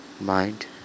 mind